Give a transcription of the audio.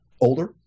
older